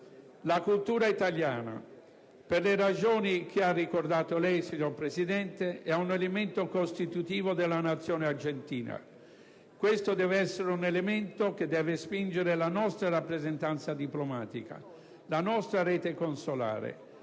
La cultura italiana, per le ragioni che ha ricordato lei, signor Presidente, è un elemento costitutivo della Nazione argentina. Questo deve essere è elemento che deve spingere la nostra rappresentanza diplomatica, la nostra rete consolare